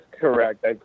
correct